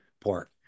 pork